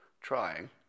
trying